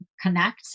connect